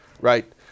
right